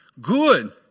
Good